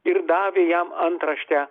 ir davė jam antraštę